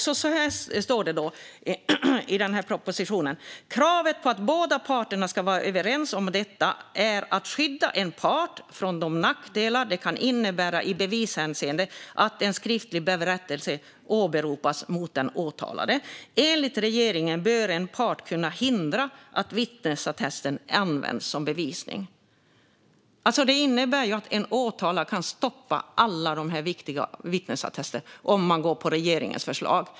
Så här står det i propositionen: "Kravet på att parterna ska vara överens avser att skydda en part från de nackdelar det kan innebära i bevishänseende att en skriftlig berättelse åberopas mot honom eller henne." Enligt regeringen bör en part "kunna hindra att vittnesattesten används som bevisning". Om man går på regeringens förslag innebär det att en åtalad kan stoppa alla dessa viktiga vittnesattester.